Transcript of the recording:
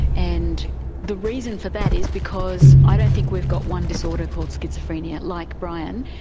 and the reason for that is because i don't think we've got one disorder called schizophrenia, like brian,